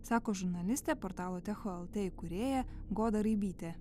sako žurnalistė portalo techo lt įkūrėja goda raibytė